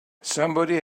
somebody